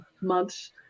Months